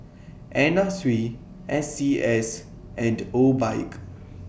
Anna Sui S C S and Obike